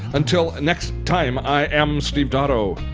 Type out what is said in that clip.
until next time, i am steve dotto.